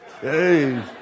hey